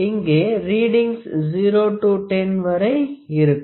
இங்கே readings 0 to 10 வரை இருக்கும்